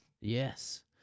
Yes